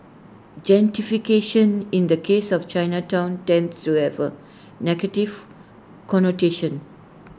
gentrification in the case of Chinatown tends to have A negative connotation